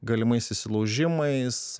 galimais įsilaužimais